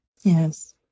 Yes